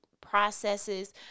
processes